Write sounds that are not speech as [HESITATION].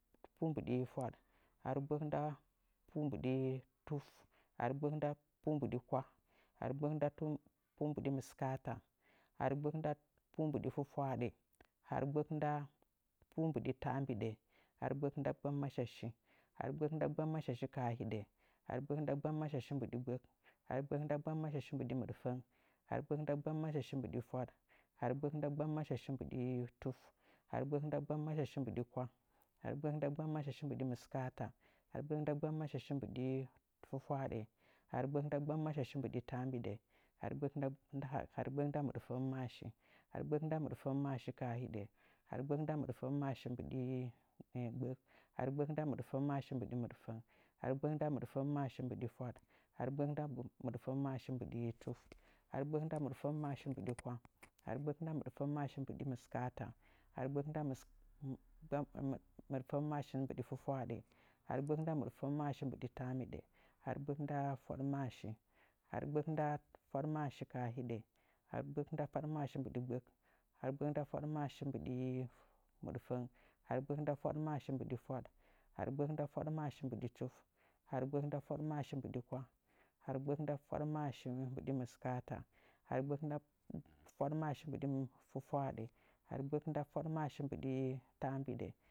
Ghaaru gbək nda pu mbɨɗi fuat ghaaru gbək nda pu mbɨɗi tuf ghaaru gbak nda pu mbɨɗi kwah ghaaru gbək nda pu mbɨɗi mɨskaata ghaaru gbək nda pu mbɨɗi taambiɗa ghaaru gbək nda gbammashashi ghaaru nda gbammashashi kaa hiɗə ghaaru gbək nda gbammashashi mbɨɗu mɨɗfəng ghaaru gbək nda gbammashashih mbɨɗi fwaɗ ghaaru gbək nda gbammashashih mbɨɗi tuf ghaaru gbək nda gbammashashih mbɨɗi kwah ghaaru gbək nda gbammashashih mbɨɗi miskaata ghaaru gbək nda gbammashashih mbɨɗi fwafwaɗə ghaaru gbək nda gbammashashih mbɨɗi taambiɗə ghaaru gbək nda mɨɗfəngmashashi ghaaru gbək nda mɨɗfəngmashashi kaa hiɗa ghaaru gbək nda [HESITATION] mɨɗfəng mashashi gbək ghaaru gbək nda mɨɗfəngmashashi mbɨɗi mɨɗfəng ghaaru gbək nda mɨɗfəngmashashi mbɨɗi fwaɗ ghaaru gbək nda mɨdfəngmashashi mbɨɗi tuf gbaaru gbək nda mɨɗfəngmashashi mbɨɗi kwah ghaaru gbək nda mɨɗfəngmashashi mbɨɗi kwah ghaaru gbək nda mɨɗfəngmashashi mbɨɗi mɨskaata ghaaru gbək [HESITATION] nda mɨɗfangmashashi mbɨɗi fwafwaaɗə ghaaru gbək nda mɨɗfəngmashashi mbɨɗi taambiɗə ghaaru gbək nda fwaɗmashashi ghaaru gbək nda fwaɗmashasha kaa hiɗa ghaaru gbək nda fwaɗmashashi mbɨɗi gbək ghaaru gbək nda fwaɗmashashi mbɨɗi mɨstang ghaaru gbək nda fwaɗmashashi mbɨɗi fwaɗ ghaaru gbək nda fwaɗmashashi mbɨɗi kwah ghaaru gbək nda fwaɗmashashi mbɨɗi miskaata ghaaru gbək nda fwaɗmashashi mbɨɗi fwafwaaɗa ghaaru gbək nda fwaɗmashashi mbɨɗi taambiɗə